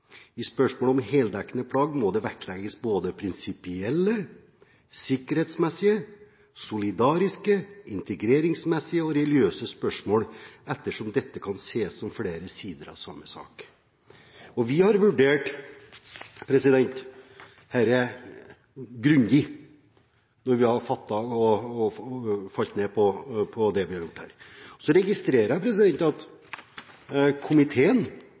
I spørsmålet om heldekkende plagg må det vektlegges både prinsipielle, sikkerhetsmessige, solidariske, integreringsmessige og religiøse spørsmål, ettersom dette kan ses på som flere sider av samme sak. Vi har vurdert dette grundig når vi har falt ned på det vi her har gjort. Så registrerer jeg at komiteen